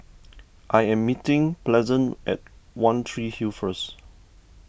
I am meeting Pleasant at one Tree Hill first